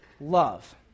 love